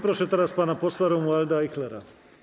Proszę teraz pana posła Romualda Ajchlera.